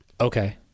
Okay